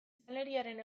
biztanleriaren